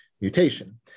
mutation